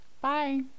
Bye